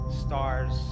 stars